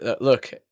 Look